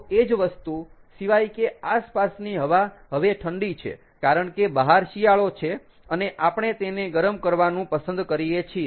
તો એ જ વસ્તુ સિવાય કે આસપાસની હવા હવે ઠંડી છે કારણ કે બહાર શિયાળો છે અને આપણે તેને ગરમ કરવાનું પસંદ કરીએ છીએ